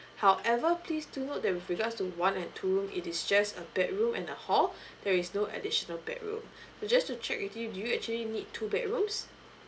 however please do note that with regards to one and two room it is just a bedroom and a hall there is no additional bedroom so just to check with you do you actually need two bedrooms